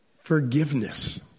forgiveness